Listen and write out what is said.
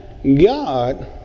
God